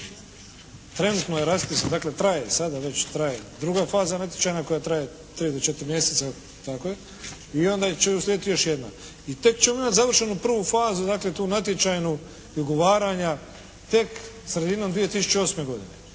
Trenutno je raspisan, dakle traje, sada već traje druga faza natječaja koja traje tri do četiri mjeseca tako je i onda će uslijediti još jedna i tek ćemo imati završenu prvu fazu, dakle tu natječajnu i ugovaranja tek sredinom 2008. godine.